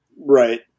right